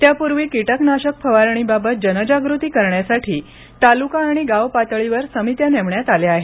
त्यापूर्वी कीटकनाशक फवारणीबाबत जनजागृती करण्यासाठी तालुका आणि गाव पातळीवर समित्या नेमण्यात आल्या आहेत